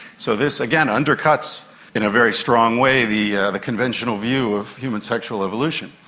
so this, again, undercuts in a very strong way the ah the conventional view of human sexual evolution.